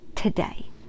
today